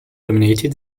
dominated